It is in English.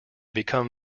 become